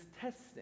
testing